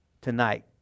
tonight